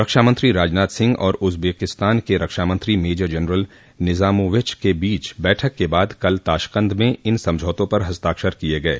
रक्षामत्री राजनाथ सिंह और उजबेकिस्तान के रक्षामंत्री मेजर जनरल निजामोविच के बीच बैठक के बाद कल ताशकंद में इन समझौतों पर हस्ताक्षर किए गये